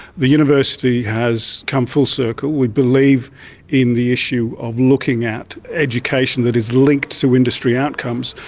the university has come full circle. we believe in the issue of looking at education that is linked to industry outcomes,